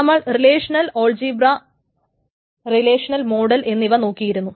നമ്മൾ relational algebra relational model എന്നിവ നോക്കിയിരുന്നു